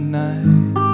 night